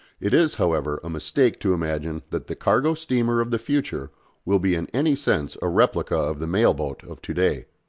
it is, however, a mistake to imagine that the cargo steamer of the future will be in any sense a replica of the mail-boat of to-day.